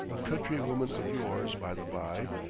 a country-woman of yours, by the bye,